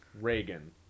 Reagan